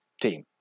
team